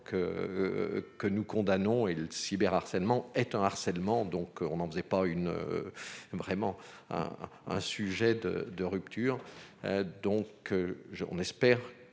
que nous condamnons et le cyber harcèlement étant harcèlement, donc on n'en faisait pas une vraiment un sujet de de rupture donc je, on espère